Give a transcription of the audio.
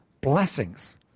blessings